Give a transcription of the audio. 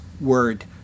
word